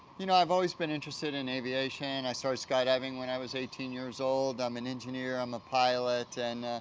you know, i've always been interested in aviation. i started skydiving when i was eighteen years old. i'm an engineer, i'm a pilot, and,